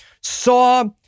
saw